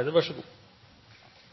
er